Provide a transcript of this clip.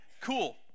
Cool